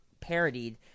parodied